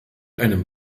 einem